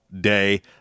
day